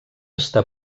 està